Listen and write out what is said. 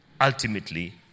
ultimately